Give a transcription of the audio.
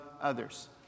others